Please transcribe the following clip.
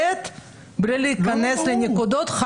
מבלי להיכנס לנקודות,